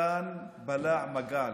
תן בלע מגל,